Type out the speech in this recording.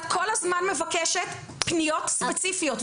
את כל הזמן מבקשת פניות ספציפיות,